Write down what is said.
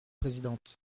présidente